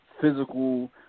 physical